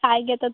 आएँगे तब